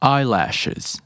Eyelashes